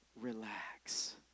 relax